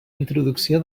introducció